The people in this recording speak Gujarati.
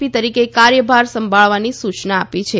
પી તરીકે કાર્યભાર સંભાળવાની સૂચના આપી છે